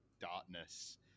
darkness